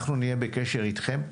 אנחנו נהיה בקשר אתכם.